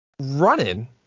running